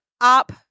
up